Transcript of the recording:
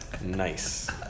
Nice